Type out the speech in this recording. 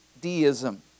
deism